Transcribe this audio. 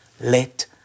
let